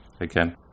again